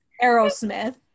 Aerosmith